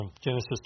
Genesis